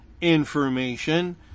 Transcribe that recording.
information